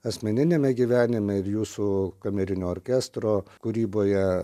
asmeniniame gyvenime ir jūsų kamerinio orkestro kūryboje